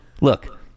look